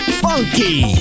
funky